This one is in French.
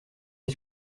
est